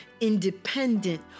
independent